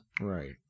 Right